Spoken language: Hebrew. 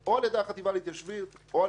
החטיבה להתיישבות או על-ידי הממונה.